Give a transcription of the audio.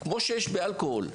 כמו שיש באלכוהול,